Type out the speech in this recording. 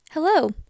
Hello